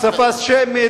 שפה שמית,